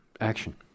Action